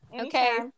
okay